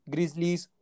Grizzlies